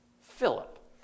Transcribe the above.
Philip